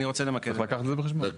צריך לקחת את זה בחשבון.